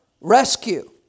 rescue